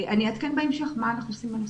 אני אעדכן בהמשך מה אנחנו עושים בנושא.